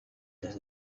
does